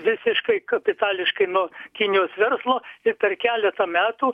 visiškai kapitališkai nuo kinijos verslo ir per keletą metų